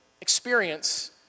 experience